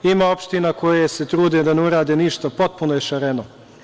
Ima opština koje se trude da ne urade ništa, potpuno je šareno.